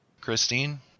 christine